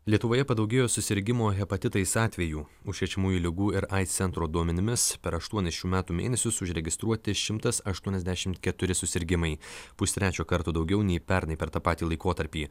lietuvoje padaugėjo susirgimų hepatitais atvejų užkrečiamųjų ligų ir aids centro duomenimis per aštuonis šių metų mėnesius užregistruoti šimtas aštuoniasdešimt keturi susirgimai pustrečio karto daugiau nei pernai per tą patį laikotarpį